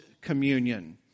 communion